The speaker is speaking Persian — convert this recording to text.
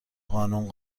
قانون